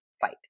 fight